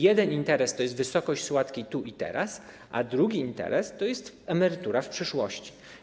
Jeden interes to jest wysokość składki tu i teraz, a drugi interes to jest emerytura w przyszłości.